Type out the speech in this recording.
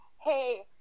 hey